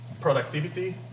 productivity